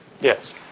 Yes